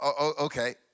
okay